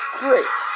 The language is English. great